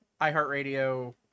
iHeartRadio